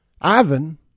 Ivan